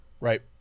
Right